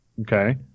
Okay